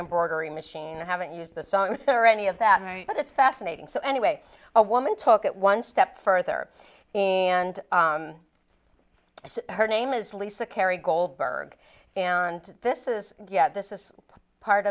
embroidery machine i haven't used the sun or any of that right but it's fascinating so anyway a woman took at one step further and her name is lisa carey goldberg and this is yeah this is part